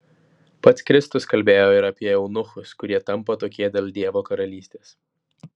pats kristus kalbėjo ir apie eunuchus kurie tampa tokie dėl dievo karalystės